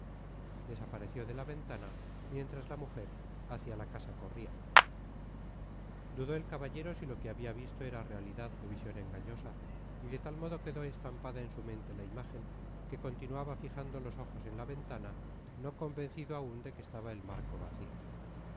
desapareció de la ventana mientras la mujer hacia la casa corría dudó el caballero si lo que había visto era realidad o visión engañosa y de tal modo quedó estampada en su mente la imagen que continuaba fijando los ojos en la ventana no convencido aún de que estaba el marco vacío